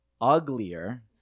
uglier